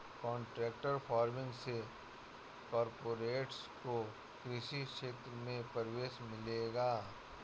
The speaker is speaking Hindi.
कॉन्ट्रैक्ट फार्मिंग से कॉरपोरेट्स को कृषि क्षेत्र में प्रवेश मिलेगा